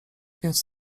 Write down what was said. więc